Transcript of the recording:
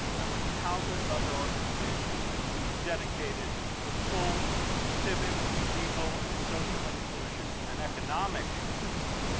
and with countless other organizations dedicated to the full civic, legal, and social inclusion, and economic inclusion,